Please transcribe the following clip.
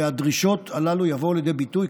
והדרישות הללו יבואו לידי ביטוי,